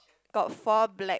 got four black